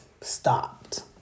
stopped